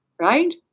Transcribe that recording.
right